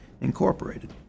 incorporated